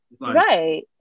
Right